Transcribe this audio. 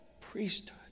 priesthood